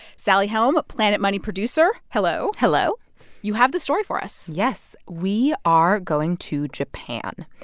sally helm, planet money producer, hello hello you have the story for us yes, we are going to japan.